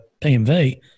PMV